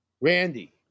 Randy